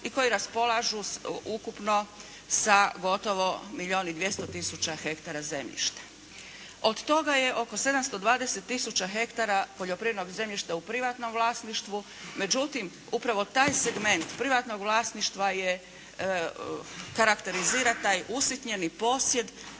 i koji raspolažu ukupno sa gotovo milijon i 200 tisuća hektara zemljišta. Od toga je oko 720 tisuća hektara poljoprivrednog zemljišta u privatnom vlasništvu, međutim upravo taj segment privatnog vlasništva je karakterizira taj usitnjeni posjed